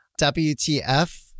WTF